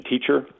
teacher